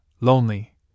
lonely